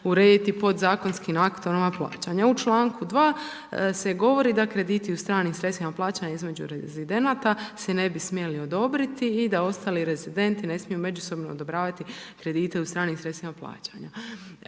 urediti podzakonskim aktom ova plaćanja. U čl. 2. se govori da krediti u stranim sredstvima plaćanja između rezidenata se ne bi smjeli odobriti i da ostali rezidenti ne smiju međusobno odobravati kredite u stranim sredstvima plaćanja.